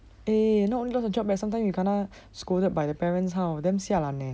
eh not only lost your job eh sometime you kena scolded by the parents how damn xia lan eh